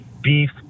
beef